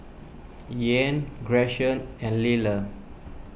Ian Gretchen and Liller